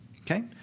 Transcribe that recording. Okay